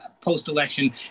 post-election